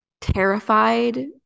terrified